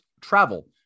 travel